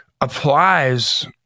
applies